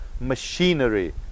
machinery